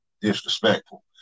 disrespectful